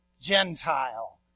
Gentile